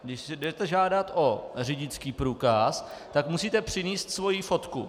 Když si jdete žádat o řidičský průkaz, tak musíte přinést svoji fotku.